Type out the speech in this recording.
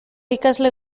ikasle